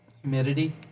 humidity